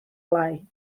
lai